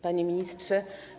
Panie Ministrze!